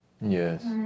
Yes